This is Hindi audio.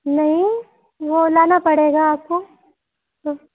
नहीं वो लाना पड़ेगा आपको तो